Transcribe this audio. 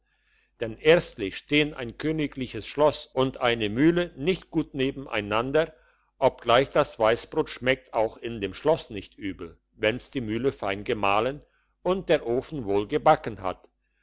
denn erstlich stehn ein königliches schloss und eine mühle nicht gut nebeneinander obgleich das weissbrot schmeckt auch in dem schloss nicht übel wenn's die mühle fein gemahlen und der ofen wohl gebacken hat